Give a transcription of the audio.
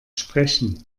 sprechen